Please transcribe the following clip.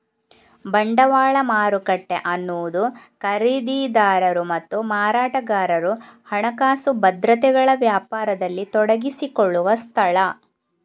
ಬಂಡವಾಳ ಮಾರುಕಟ್ಟೆ ಅನ್ನುದು ಖರೀದಿದಾರರು ಮತ್ತು ಮಾರಾಟಗಾರರು ಹಣಕಾಸು ಭದ್ರತೆಗಳ ವ್ಯಾಪಾರದಲ್ಲಿ ತೊಡಗಿಸಿಕೊಳ್ಳುವ ಸ್ಥಳ